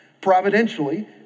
providentially